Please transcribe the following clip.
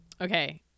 Okay